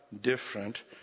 different